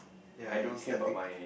ya you start to